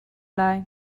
lai